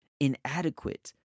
inadequate